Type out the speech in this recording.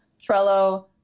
Trello